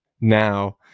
now